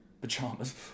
pajamas